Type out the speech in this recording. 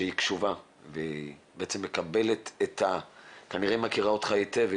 שהיא קשובה והיא בעצם מקבלת וכנראה מכירה אותך היטב,